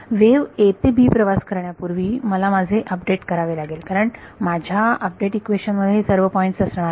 wave a ते b प्रवास करण्यापूर्वी मला माझे अपडेट करावे लागेल कारण माझ्या अपडेट इक्वेशन मध्ये हे सर्व पॉईंट्स असणार आहेत